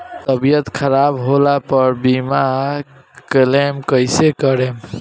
तबियत खराब होला पर बीमा क्लेम कैसे करम?